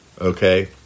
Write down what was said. Okay